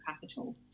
capital